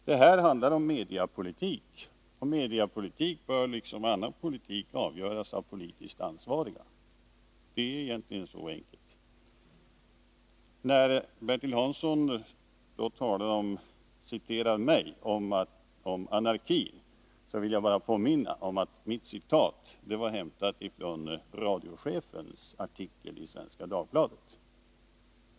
Det här handlar om mediepolitik, och mediepolitik bör liksom annan politik avgöras av de politiskt ansvariga. Det är egentligen så enkelt. Eftersom Bertil Hansson citerade mig beträffande anarki, vill jag påminna om att mitt citat var hämtat från radiochefens artikel i Svenska Dagbladet.